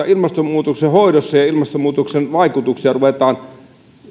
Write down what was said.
ilmastonmuutoksen hoitoa ja ilmastonmuutoksen vaikutuksia ruvetaan